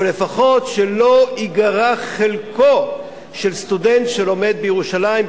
אבל לפחות שלא ייגרע חלקו של סטודנט שלומד בירושלים,